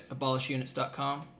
abolishunits.com